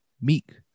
Meek